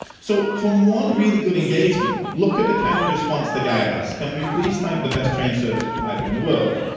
so from one really good engagement look at the kind of response the guy has. can we please thank the best train service provider in the world.